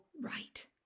right